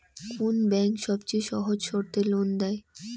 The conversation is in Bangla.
কোন ব্যাংক সবচেয়ে সহজ শর্তে লোন দেয়?